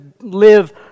live